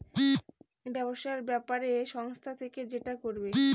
ব্যবসার ব্যাপারে সংস্থা থেকে যেটা করবে